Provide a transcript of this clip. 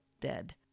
dead